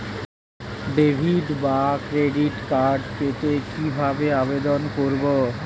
Debit বা credit card পেতে কি ভাবে আবেদন করব?